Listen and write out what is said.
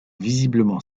visiblement